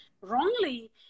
wrongly